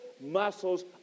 muscles